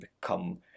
become